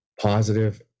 positive